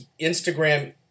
Instagram